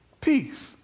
Peace